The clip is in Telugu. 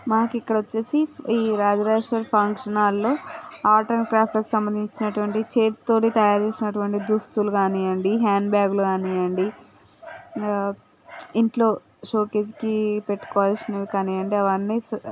మాకు ఇక్కడ వచ్చి ఈ రాజా రాజేశ్వరి ఫంక్షన్ హాల్లో ఆర్ట్ అండ్ క్రాఫ్ట్కి సంబంధించి నటువంటి చేతితో తయారు చేసినటువంటి దుస్తులు కానీయండి హ్యాండ్బ్యాగ్లు కానీయండి ఇంట్లో షోకేస్కి పెట్టుకోవాల్సినవి కానీయండి అవన్నీ